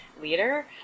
leader